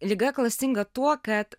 liga klastinga tuo kad